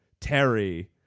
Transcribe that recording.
terry